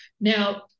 Now